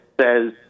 says